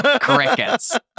Crickets